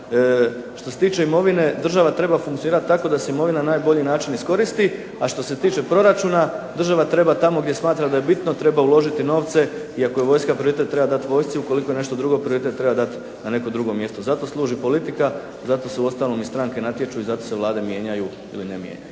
što se tiče imovine država treba funkcionirati na način da se imovina najbolje iskoristi, a što se tiče proračuna, država treba tamo gdje smatra da je bitno treba uložiti novce i ako je vojska prioritet treba vojsci, ukoliko je nešto drugo prioritet treba dati na neko drugo mjesto. Zato služi politika, zato se uostalom stranke i natječu i zato se vlade mijenjaju ili ne mijenjaju.